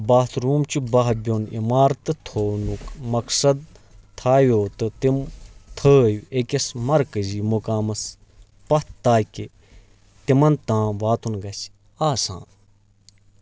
bath room چھُ باہہ بیوٚن عِمارتہٕ تھونُک مقصد تھوِو تہٕ تِم تھٲو أکِس مَرکَزِی مقامس پتھ تاکہِ تِمَن تام واتُن گژھہِ آسان